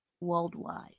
worldwide